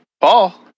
Paul